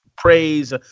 praise